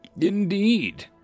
Indeed